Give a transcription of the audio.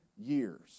years